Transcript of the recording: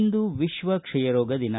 ಇಂದು ವಿಶ್ವ ಕ್ಷಯರೋಗ ದಿನ